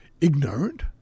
ignorant